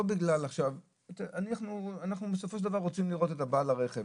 אנחנו בסופו של דבר רוצים לראות את בעל הרכב.